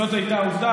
זאת הייתה עובדה,